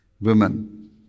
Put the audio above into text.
women